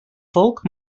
folk